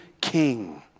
king